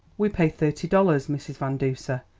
we pay thirty dollars, mrs. van duser,